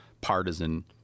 partisan